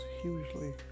hugely